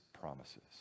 promises